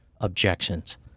objections